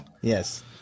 Yes